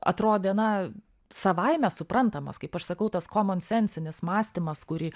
atrodė na savaime suprantamas kaip aš sakau tas komon sensinis mąstymas kurį